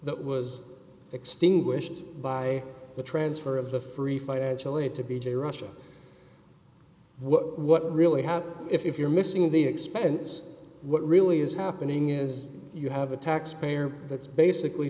that was extinguished by the transfer of the free financial aid to b j russia what we really have if you're missing the expense what really is happening is you have a taxpayer that's basically